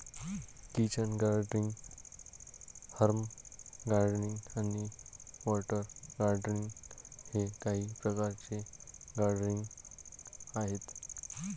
kitchen gardening, herb gardening आणि water gardening हे काही प्रकारचे गार्डनिंग आहेत